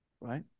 right